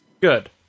Good